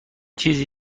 چیزی